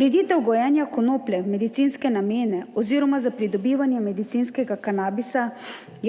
Ureditev gojenja konoplje v medicinske namene oziroma za pridobivanje medicinskega kanabisa,